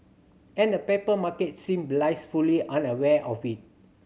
and the paper market seem blissfully unaware of it